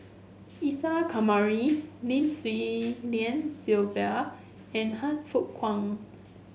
Isa Kamari Lim Swee Lian Sylvia and Han Fook Kwang